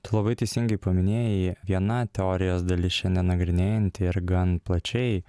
tu labai teisingai paminėjai viena teorijos dalis šiandien nagrinėjanti ir gan plačiai